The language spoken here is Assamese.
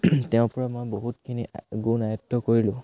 তেওঁৰ পৰা মই বহুতখিনি গুণ আয়ত্ব কৰিলোঁ